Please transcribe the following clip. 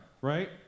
right